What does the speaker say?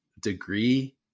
degree